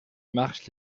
marche